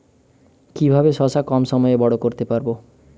কিভাবে শশা কম সময়ে বড় করতে পারব?